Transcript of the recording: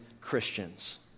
Christians